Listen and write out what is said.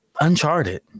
uncharted